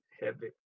heavy